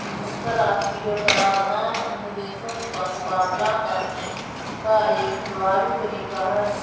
अंतर्राष्ट्रीय कराधान अन्य देशों का मुकाबला करने का एक प्रभावी तरीका है